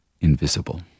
invisible